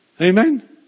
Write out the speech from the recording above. amen